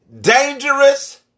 Dangerous